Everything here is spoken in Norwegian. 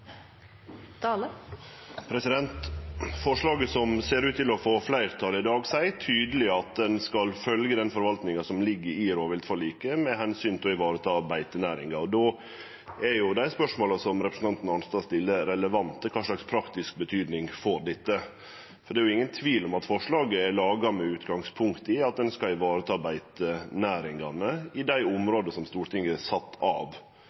Forslaget som ser ut til å få fleirtal i dag, seier tydeleg at ein skal følgje den forvaltninga som ligg i rovviltforliket med omsyn til å vareta beitenæringa. Då er dei spørsmåla som representanten Arnstad stiller, relevante, bl.a.: Kva slags praktisk betyding får dette? Det er ingen tvil om at forslaget er laga med utgangspunkt i at ein skal vareta beitenæringane i dei områda som Stortinget har sett av